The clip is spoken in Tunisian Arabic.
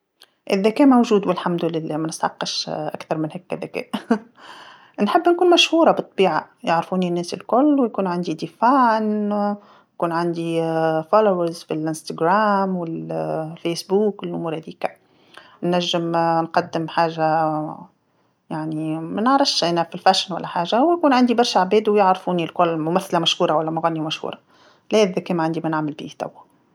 الذكاء موجود والحمد لله مانسحقش أكثر من هاكا ذكاء، نحب نكون مشهوره بالطبيعه، يعرفوني الناس الكل ويكون عندي معجبين، يكون عندي متابعين في الانستغرام والفايسبوك والأمور هاذيكا، نجم نقدم حاجه يعني ما نعرفش أنا، إحترافية ولا حاجه ويكون عندي برشا عباد ويعرفوني الكل ممثله مشهوره ولا مغنيه مشهوره، لا الذكاء ما عندي ما نعمل بيه توا.